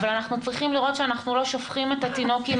אבל אנחנו צריכים לראות שאנחנו לא שופכים את התינוק עם